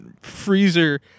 freezer